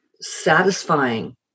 satisfying